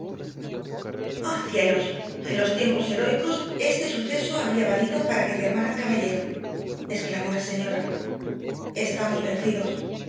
oh cielos en los tiempos heroicos este suceso habría valido para que te armaran caballero exclamó la señora estarnos vencidos